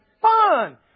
fun